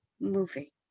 movie